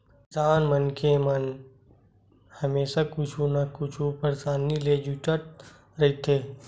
किसान मनखे मन हमेसा कुछु न कुछु परसानी ले जुझत रहिथे